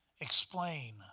explain